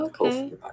okay